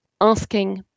asking